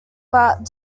but